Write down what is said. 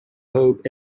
hope